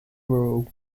rural